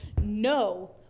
No